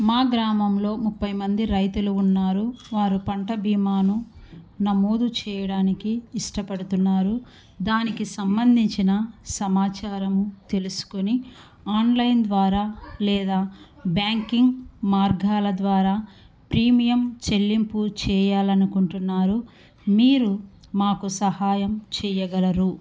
మా గ్రామంలో ముప్పై మంది రైతులు ఉన్నారు వారు పంట బీమాను నమోదు చెయ్యడానికి ఇష్టపడుతున్నారు దానికి సంబంధించిన సమాచారము తెలుసుకొని ఆన్లైన్ ద్వారా లేదా బ్యాంకింగ్ మార్గాల ద్వారా ప్రీమియం చెల్లింపు చెయ్యాలనుకుంటున్నారు మీరు మాకు సహాయం చెయ్యగలరు